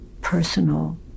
personal